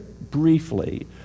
briefly